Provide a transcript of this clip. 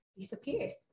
disappears